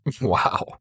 Wow